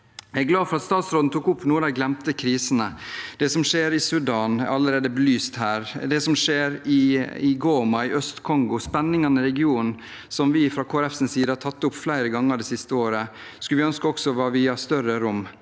Jeg er glad for at statsråden tok opp noen av de glemte krisene. Det som skjer i Sudan, er allerede belyst her. Det som skjer i Goma i Øst-Kongo, spenningene i regionen, noe vi fra Kristelig Folkepartis side har tatt opp flere ganger det siste året, skulle vi ønske var viet større rom.